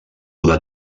una